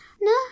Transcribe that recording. No